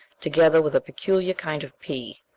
together with a peculiar kind of pea.